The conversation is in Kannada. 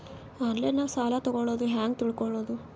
ಆನ್ಲೈನಾಗ ಸಾಲ ತಗೊಳ್ಳೋದು ಹ್ಯಾಂಗ್ ತಿಳಕೊಳ್ಳುವುದು?